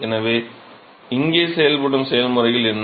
எனவே இங்கே செயல்படும் செயல்முறைகள் என்ன